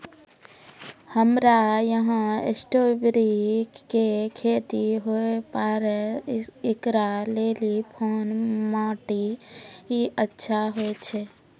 हमरा यहाँ स्ट्राबेरी के खेती हुए पारे, इकरा लेली कोन माटी अच्छा होय छै?